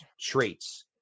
traits